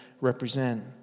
represent